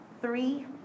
Three